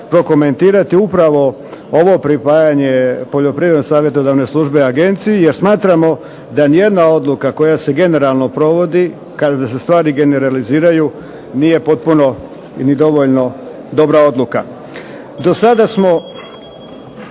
prokomentirati upravo ovo pripajanje Poljoprivredne savjetodavne službe Agenciji jer smatramo da ni jedna odluka koja se generalno provodi, kada se stvari generaliziraju nije potpuno ni dovoljno dobra odluka.